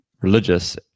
religious